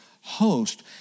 host